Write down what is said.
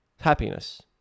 happiness